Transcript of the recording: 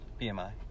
BMI